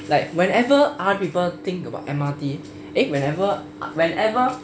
like whenever other people think about M_R_T eh whenever whenever